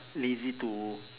lazy to